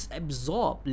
absorb